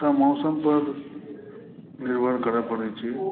मौसमपर निर्भर करय पड़ैत छै